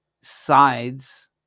sides